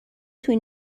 توی